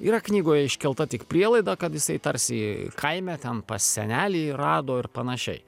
yra knygoje iškelta tik prielaida kad jisai tarsi kaime ten pas senelį rado ir panašiai